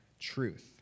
truth